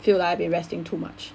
feel like we resting too much